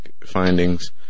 findings